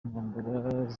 intambara